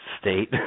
state